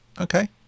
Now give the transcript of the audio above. Okay